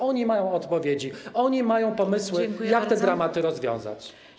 Oni mają odpowiedzi, oni mają pomysły, jak te dramaty rozwiązać.